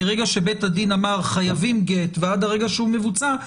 מרגע שבית הדין אמר "חייבים גט" ועד הרגע שהוא מבוצע,